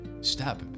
step